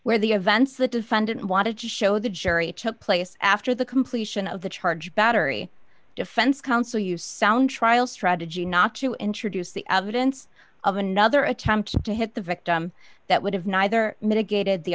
where the events the defendant wanted to show the jury took place after the completion of the charge battery defense counsel you sound trial strategy not to introduce the outdance of another attempt to hit the victim that would have neither mitigated the